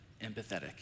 empathetic